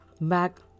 back